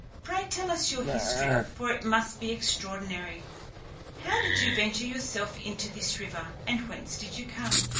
pray tell us your history, for it must be extraordinary how did you venture yourself into this river, and whence did you come?